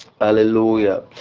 hallelujah